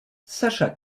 sacha